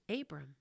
Abram